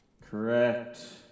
Correct